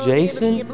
Jason